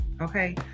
okay